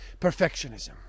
Perfectionism